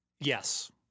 Yes